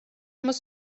muss